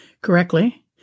correctly